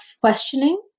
questioning